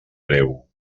breu